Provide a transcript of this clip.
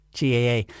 GAA